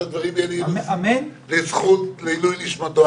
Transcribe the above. שהדברים האלה יהיו לזכות ולעילוי נשמתו.